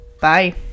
Bye